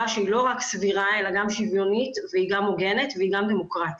שהיא לא רק סבירה אלא גם שוויונית והיא גם הוגנת והיא גם דמוקרטית.